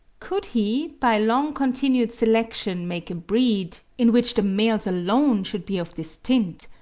could he by long-continued selection make a breed, in which the males alone should be of this tint,